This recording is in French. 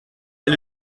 est